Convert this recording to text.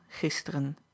gisteren